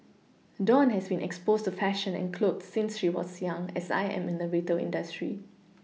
dawn has been exposed to fashion and clothes since she was young as I am in the retail industry